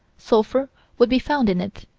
sulphur would be found in it